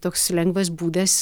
toks lengvas būdas